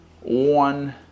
one